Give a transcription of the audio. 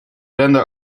renden